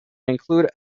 include